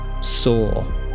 saw